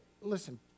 Listen